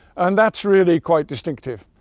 and that's really quite distinctive.